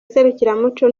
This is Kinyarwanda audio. serukiramuco